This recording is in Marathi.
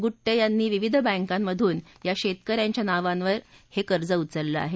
गुट्टे यांनी विविध बैंकातून या शेतकऱ्यांच्या नावावर हे कर्ज उचलले आहे